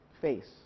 Face